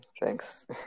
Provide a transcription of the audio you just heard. thanks